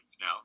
now